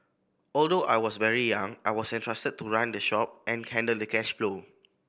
although I was very young I was entrusted to run the shop and handle the cash flow